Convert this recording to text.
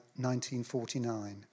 1949